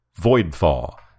Voidfall